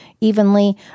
evenly